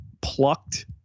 plucked